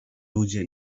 ludzie